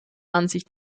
ansicht